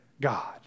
God